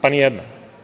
Pa nijedna.